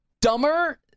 dumber